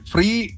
Free